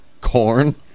corn